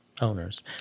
owners